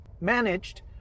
managed